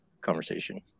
conversation